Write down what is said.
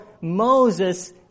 Moses